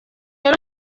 rero